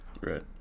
Right